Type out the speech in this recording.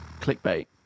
Clickbait